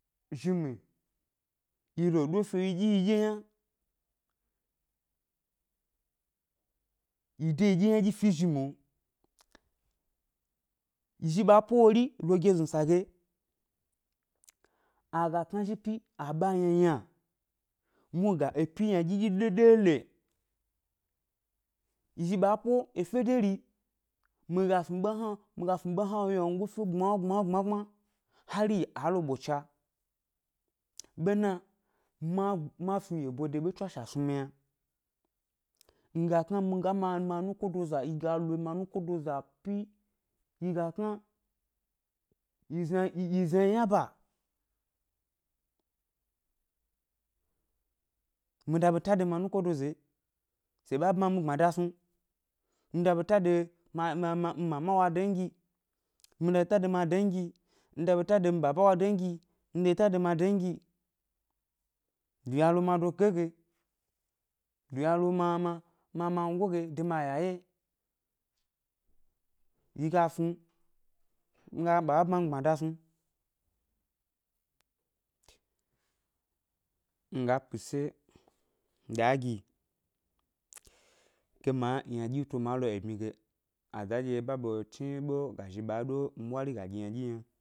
Zhi mi, yi lo ɗo fio yi ɗyi yiɗye ʻyna, yi dé yiɗye ʻynaɗyi fi ʻzhi mio, yi zhi ɓa po wori lo geznu ʻsa ge, a ga kna zhi ʻpyi a ɓa yna ʻyna, muhni ga epyi ynaɗyi ɗo-ɗole, yi zhi ɓa po efe de ri, mi ga snu ɓe hna mi ga snu ʻɓe hna wyangofe gbma gbma gbma hari gi a lo ɓocha, bena ma ma snu yebo de ʻɓe tswashe a snu mi yna, mi ga kna mi ga mi a mi anukodaza yi ga lo mi anukodoza ʻpyi, yi ga kna yi zna yizna yi yna ʻba, mi da ɓeta de mi anukodaza yi sè ɓa bma mi gbada snu, mi da ɓeta de mi a mi a nmama wo adengi yi, mi da ɓeta de mi adengi yi, mi da ɓeta de mi baba wo adengi yi, mi da ɓeta de mi adengi yi, duya lo mi adoke ge, duya lo mi a mi a mi amagoyi ge de mi ayaya yi, yi ga snu mi ga gna ɓa ɓa bma mi gbmada snu, nga pise dá gi ke ma ynaɗyi to ma lo ebmi ge azanɗye ɓa ɓe chniɓe ga zhi ba ɗo mi ɓwari ga ɗyi ynaɗyi m yna